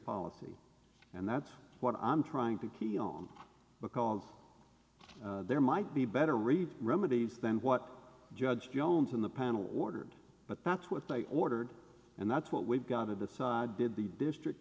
policy and that's what i'm trying to keep on because there might be better read remedies then what judge jones in the panel ordered but that's what state ordered and that's what we've got to decide did the district